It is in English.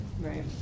Right